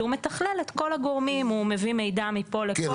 שהוא מתכלל את כל הגורמים או מביא מידע מפה לפה.